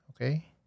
Okay